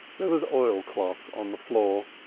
there was oilcloth on the floor.